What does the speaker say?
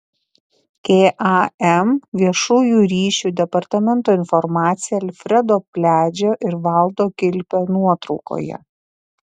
kam viešųjų ryšių departamento informacija alfredo pliadžio ir valdo kilpio nuotraukoje